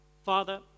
Father